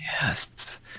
Yes